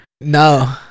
No